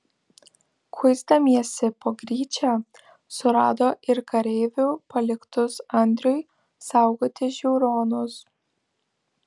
kuisdamiesi po gryčią surado ir kareivių paliktus andriui saugoti žiūronus